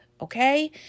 okay